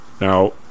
Now